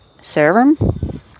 serum